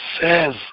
says